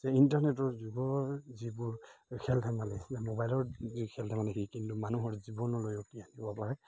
যে ইণ্টাৰনেটৰ যুগৰ যিবোৰ খেল ধেমালি বা মোবাইলৰ যি খেল ধেমালি সি কিন্তু মানুহৰ জীৱনলৈও কি কৰিব পাৰে